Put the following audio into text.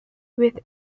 with